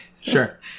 Sure